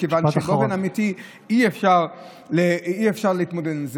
מכיוון שבאופן אמיתי אי-אפשר להתמודד עם זה.